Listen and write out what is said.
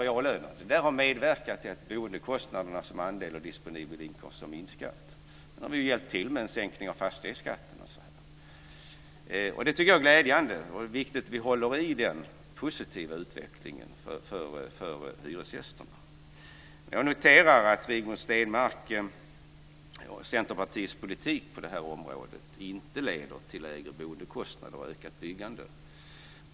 Detta har medverkat till att boendekostnaderna som andel av den disponibla inkomsten har minskat. Nu har vi hjälpt till med en sänkning av fastighetsskatten. Detta tycker jag är glädjande, och det är viktigt att vi håller i den positiva utvecklingen för hyresgästerna. Jag noterar att Rigmor Stenmarks och Centerpartiets politik på detta område inte leder till lägre boendekostnader och ett ökat byggande.